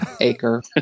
acre